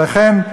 לכן,